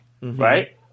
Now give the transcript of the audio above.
right